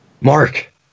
mark